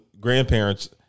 grandparents